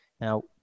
Now